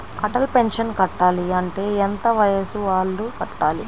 Atal pension కట్టాలి అంటే ఎంత వయసు వాళ్ళు కట్టాలి?